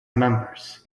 members